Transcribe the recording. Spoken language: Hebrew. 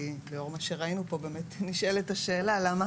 כי לאור מה שראינו פה באמת נשאלת השאלה למה